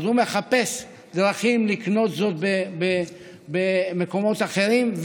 אז הוא מחפש דרכים לקנות זאת במקומות אחרים.